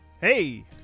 Hey